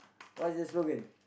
what's the slogan